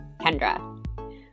Kendra